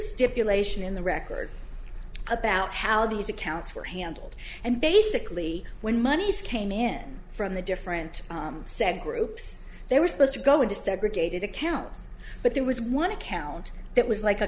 stipulation in the record about how these accounts were handled and basically when monies came in from the different said groups they were supposed to go desegregated accounts but there was one account that was like a